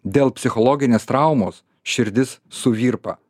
dėl psichologinės traumos širdis suvirpa